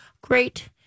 Great